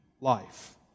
life